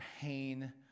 pain